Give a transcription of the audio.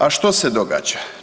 A što se događa?